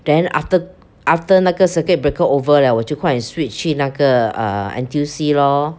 then after after 那个 circuit breaker over liao 我就快点 switch 去那个 err N_T_U_C lor